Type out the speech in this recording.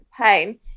pain